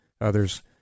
others